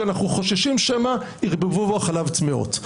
כי אנחנו חוששים שמא ערבבו בו חלב טמאות.